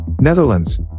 Netherlands